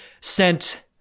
sent